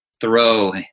throw